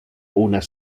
unas